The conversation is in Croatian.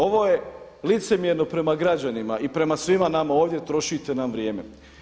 Ovo je licemjerno prema građanima i prema svima nama ovdje, trošite nam vrijeme.